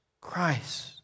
Christ